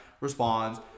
responds